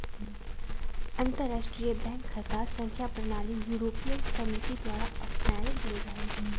अंतरराष्ट्रीय बैंक खता संख्या प्रणाली यूरोपीय समिति द्वारा अपनायल गेल रहै